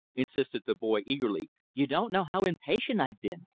insisted the boy eagerly. you don't know how impatient i've been.